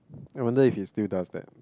I wonder if he still does that